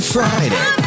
Friday